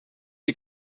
you